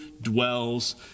dwells